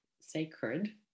sacred